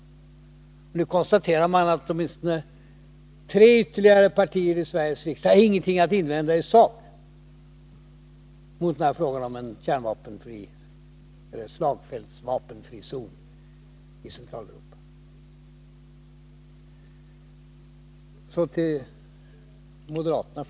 Nu kan man konstatera att åtminstone tre ytterligare partier i Sveriges riksdag inte har någonting att invända i sak mot en slagfältsvapenfri zon i Centraleuropa. Så till moderaterna.